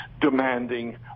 demanding